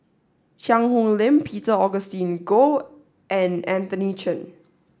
Cheang Hong Lim Peter Augustine Goh and Anthony Chen